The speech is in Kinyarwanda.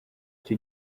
icyo